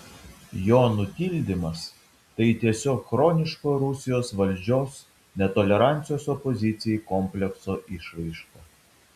jo nutildymas tai tiesiog chroniško rusijos valdžios netolerancijos opozicijai komplekso išraiška